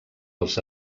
els